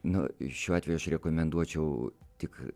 nu šiuo atveju aš rekomenduočiau tik